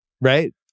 Right